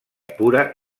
pura